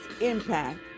impact